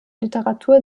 literatur